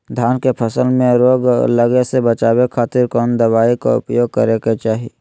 धान के फसल मैं रोग लगे से बचावे खातिर कौन दवाई के उपयोग करें क्या चाहि?